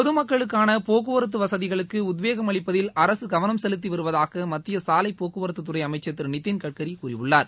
பொதுமக்களுக்கான போக்குவரத்து வசதிகளுக்கு உத்வேகம் அளிப்பதில் அரசு கவனம் செலுத்தி வருவதாக மத்திய சாலை போக்குவரத்துத் துறை அமைச்சர் திரு நிதின் கட்கரி கூறியுள்ளார்